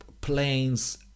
planes